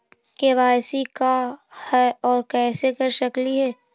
KYC का है, और कैसे कर सकली हे?